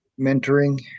mentoring